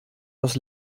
das